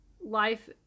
life